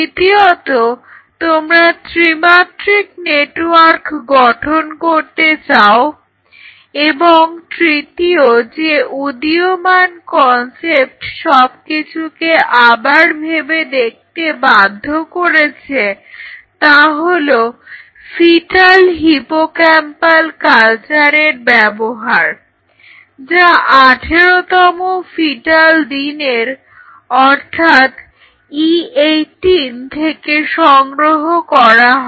দ্বিতীয়ত তোমরা ত্রিমাত্রিক নেটওয়ার্ক গঠন করতে চাও এবং তৃতীয় যে উদীয়মান কনসেপ্ট সবকিছুকে আবার ভেবে দেখতে বাধ্য করেছে তা হলো ফিটাল হিপোক্যাম্পাল কালচারের ব্যবহার যা 18 তম ফিটাল দিনের অর্থাৎ E18 থেকে সংগ্রহ করা হয়